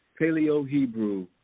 Paleo-Hebrew